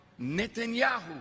netanyahu